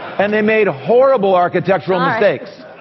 and they made horrible architectural mistakes.